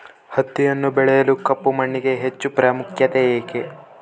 ಹತ್ತಿಯನ್ನು ಬೆಳೆಯಲು ಕಪ್ಪು ಮಣ್ಣಿಗೆ ಹೆಚ್ಚು ಪ್ರಾಮುಖ್ಯತೆ ಏಕೆ?